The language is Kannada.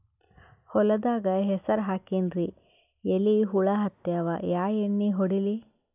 ಹೊಲದಾಗ ಹೆಸರ ಹಾಕಿನ್ರಿ, ಎಲಿ ಹುಳ ಹತ್ಯಾವ, ಯಾ ಎಣ್ಣೀ ಹೊಡಿಲಿ?